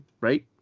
right